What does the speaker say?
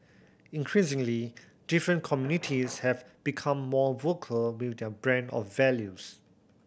increasingly different communities have become more vocal with their brand of values